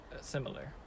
similar